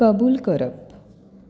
कबूल करप